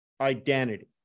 identity